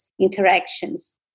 interactions